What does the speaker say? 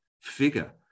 figure